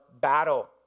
battle